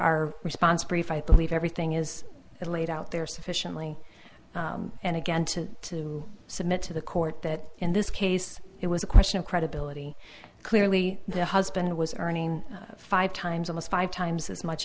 our response brief i believe everything is laid out there sufficiently and again to to submit to the court that in this case it was a question of credibility clearly the husband was earning five times almost five times as much